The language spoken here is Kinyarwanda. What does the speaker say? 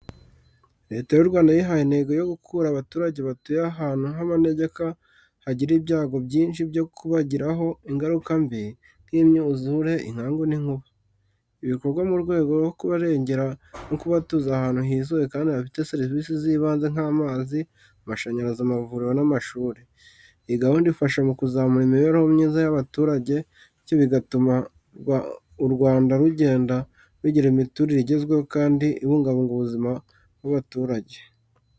Leta y’u Rwanda yihaye intego yo gukura abaturage batuye ahantu h’amanegeka hagira ibyago byinshi byo kubagiraho ingaruka mbi nk’imyuzure, inkangu n’inkuba. Ibi bikorwa mu rwego rwo kubarengera no kubatuza ahantu hizewe kandi hafite serivisi z’ibanze nk’amazi, amashanyarazi, amavuriro n’amashuri. Iyi gahunda ifasha mu kuzamura imibereho myiza y’abaturage , bityo bigatuma u Rwanda rugenda rugira imiturire igezweho kandi ibungabunga ubuzima bw'abaturage.